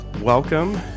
welcome